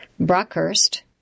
Brockhurst